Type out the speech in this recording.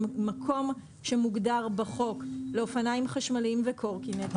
המקום שמוגדר בחוק לאופניים חשמליים וקורקינט הוא הכביש.